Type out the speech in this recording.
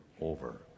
over